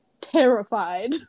terrified